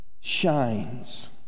shines